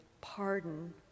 pardon